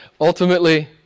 Ultimately